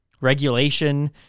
regulation